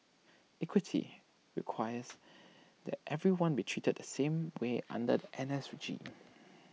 equity requires that everyone be treated the same way under the N S regime